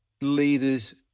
leaders